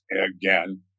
again